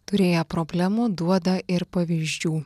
turėję problemų duoda ir pavyzdžių